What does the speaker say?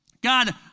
God